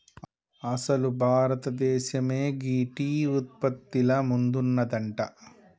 అసలు భారతదేసమే గీ టీ ఉత్పత్తిల ముందున్నదంట